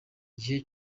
gihe